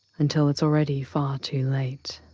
until it's already far too late.